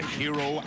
hero